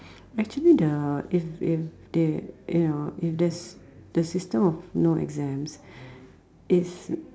actually the if if they you know in this the system of no exams it's